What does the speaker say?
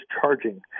charging